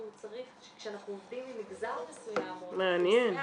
כשאנחנו עובדים עם מגזר מסוים או אוכלוסייה